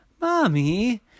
Mommy